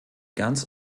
ganz